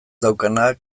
daukanak